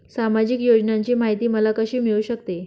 सामाजिक योजनांची माहिती मला कशी मिळू शकते?